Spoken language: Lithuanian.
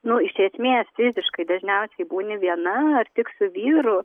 nu iš esmės fiziškai dažniausiai būni viena ar tik su vyru